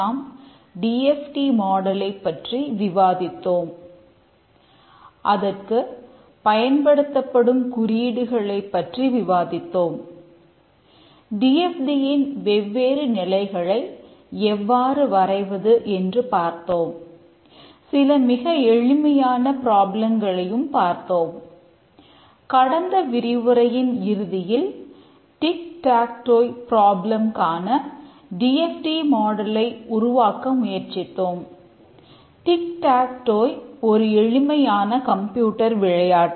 நாம் D F T மாடலைப் ஒரு எளிமையான கம்ப்யூட்டர் விளையாட்டு